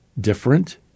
Different